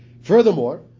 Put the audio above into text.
Furthermore